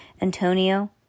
Antonio